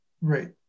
Right